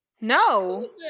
No